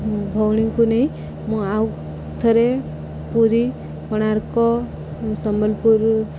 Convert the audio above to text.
ଭଉଣୀଙ୍କୁ ନେଇ ମୁଁ ଆଉ ଥରେ ପୁରୀ କୋଣାର୍କ ସମ୍ବଲପୁର